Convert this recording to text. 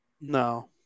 No